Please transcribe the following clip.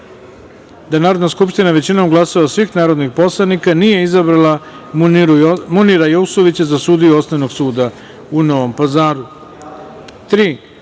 da Narodna skupština većinom glasova svih narodnih poslanika nije izabrala Munira Jusovića za sudiju Osnovnog suda u Novom